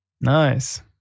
Nice